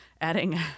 adding